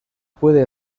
puede